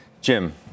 Jim